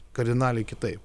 kardinaliai kitaip